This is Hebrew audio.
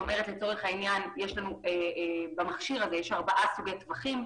יש במכשיר ארבעה סוגי טווחים,